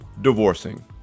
divorcing